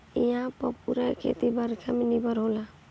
इहां पअ पूरा खेती बरखा पे निर्भर होला